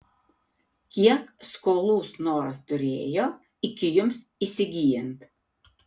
kiek skolų snoras turėjo iki jums įsigyjant